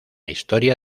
historia